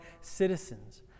citizens